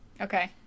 Okay